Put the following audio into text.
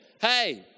Hey